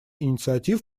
инициатив